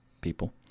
people